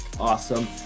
awesome